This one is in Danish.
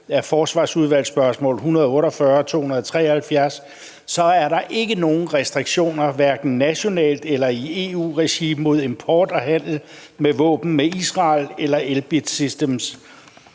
og forsvarsudvalgsspørgsmål nr. 148 og 273, er der ikke nogen restriktioner, hverken nationalt eller i EU-regi, mod import og handel med våben med Israel eller Elbit Systems.